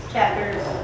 chapters